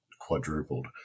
quadrupled